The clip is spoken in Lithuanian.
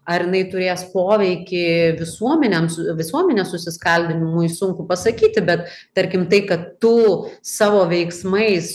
ar jinai turės poveikį visuomenėms visuomenės susiskaldymui sunku pasakyti bet tarkim tai kad tu savo veiksmais